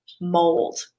mold